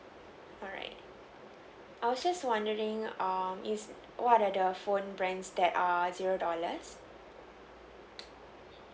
alright I was just wondering um is what are the phone brands that are zero dollars